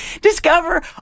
discover